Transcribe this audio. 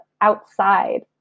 outside